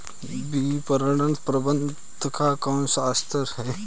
विपणन प्रबंधन का कौन सा स्तर है?